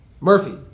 Murphy